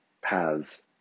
paths